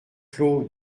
clos